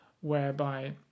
whereby